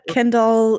Kendall